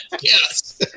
Yes